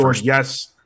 yes